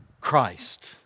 Christ